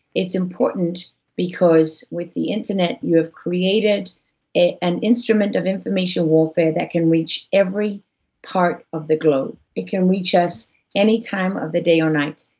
it's important because with the internet you have created an instrument of information warfare that can reach every part of the globe. it can reach us any time of the day or night,